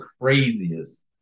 craziest